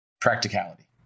practicality